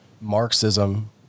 Marxism